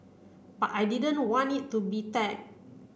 but I didn't want it to be tag